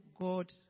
God